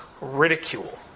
ridicule